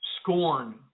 scorn